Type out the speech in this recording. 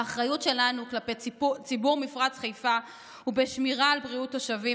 האחריות שלנו כלפי ציבור מפרץ חיפה היא שמירה על בריאות תושבים